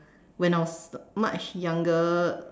when I was much younger